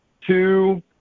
Two